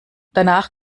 danach